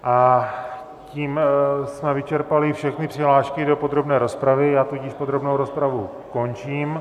A tím jsme vyčerpali všechny přihlášky do podrobné rozpravy, já tudíž podrobnou rozpravu končím.